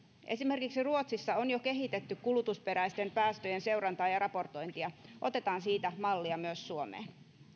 esimerkiksi ruotsissa on jo kehitetty kulutusperäisten päästöjen seurantaa ja raportointia otetaan siitä mallia myös suomeen